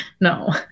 no